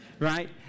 right